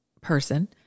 person